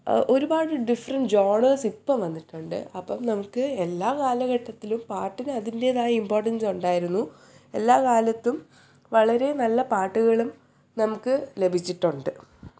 ഒരുപാട് different genres ഇപ്പോൾ വന്നിട്ടുണ്ട് അപ്പം നമുക്ക് എല്ലാ കാലഘട്ടത്തിലും പാട്ടിന് അതിൻ്റേതായ ഇമ്പോർട്ടൻസ് ഉണ്ടായിരുന്നു എല്ലാ കാലത്തും വളരെ നല്ല പാട്ടുകളും നമുക്ക് ലഭിച്ചിട്ടുണ്ട്